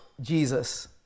Jesus